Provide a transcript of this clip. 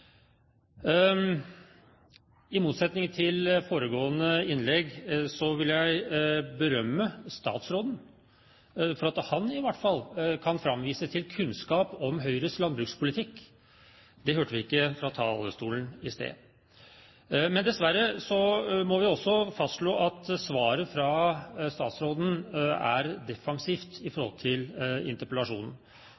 I motsetning til foregående taler vil jeg berømme statsråden for at han i hvert fall kan framvise kunnskap om Høyres landbrukspolitikk. Det hørte vi ikke fra talerstolen i sted. Men dessverre må vi også fastslå at svaret fra statsråden er defensivt i